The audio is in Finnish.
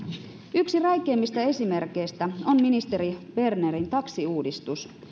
yksi räikeimmistä esimerkeistä on ministeri bernerin taksiuudistus